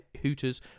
hooters